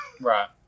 Right